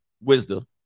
Wisdom